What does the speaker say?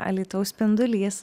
alytaus spindulys